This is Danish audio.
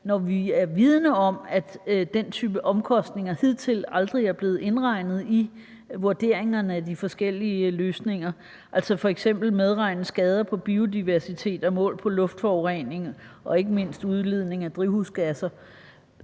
når vi er vidende om, at den type omkostninger hidtil aldrig er blevet indregnet i vurderingerne af de forskellige løsninger? Man kan f.eks. medregne skader på biodiversitet og mål for luftforureningen og ikke mindst udledningen af drivhusgasser.